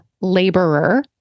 laborer